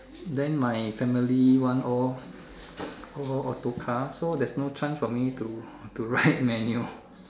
then my family one all all auto car so there's no chance for me to to ride manual